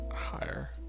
higher